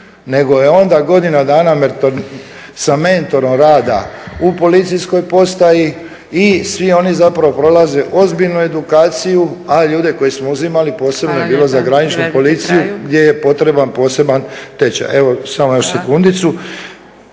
nego je onda godina dana sa mentorom rada u policijskoj postaji i svi oni zapravo prolaze ozbiljnu edukaciju a ljude koje smo uzimali … …/Upadica Zgrebec: Hvala lijepa, privedite kraju./… … posebno je bilo za graničnu policiju gdje je potreban poseban tečaj. Evo samo još sekundicu.